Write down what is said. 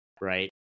Right